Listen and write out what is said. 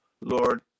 Lord